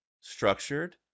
structured